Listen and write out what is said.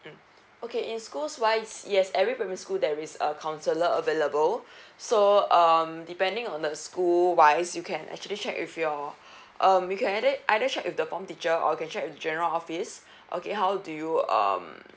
okay in schools wise yes every primary school there is a counselor available so um depending on the school wise you can actually check with your um you can either either check with the form teacher or you can check with the general office okay how do you um